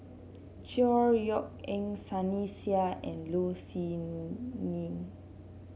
Chor Yeok Eng Sunny Sia and Low Siew Nghee